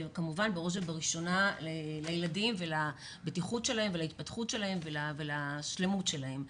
וכמובן בראש ובראשונה לילדים ולבטיחות ולהתפתחות ולשלמות שלהם,